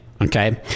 okay